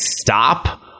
stop